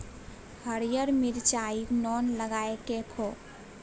हरियर मिरचाई नोन लगाकए खो